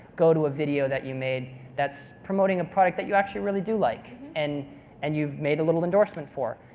go to a video that you made that's promoting a product that you actually really do like, and and you've made a little endorsement for.